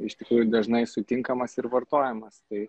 iš tikrųjų dažnai sutinkamas ir vartojamas tai